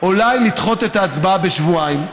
אולי לדחות את ההצבעה בשבועיים,